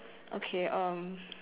okay um